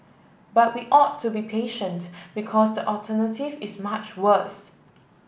but we ought to be patient because the alternative is much worse